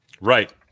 right